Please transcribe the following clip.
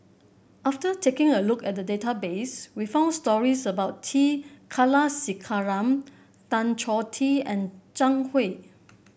after taking a look at the database we found stories about T Kulasekaram Tan Choh Tee and Zhang Hui